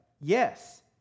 Yes